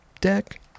deck